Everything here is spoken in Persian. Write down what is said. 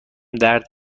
درد